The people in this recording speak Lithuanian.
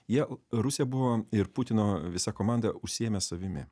jie rusija buvo ir putino visa komanda užsiėmę savimi